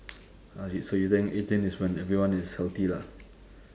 ah you so you think eighteen is when everyone is healthy lah